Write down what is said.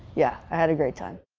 yeah, i had a great time.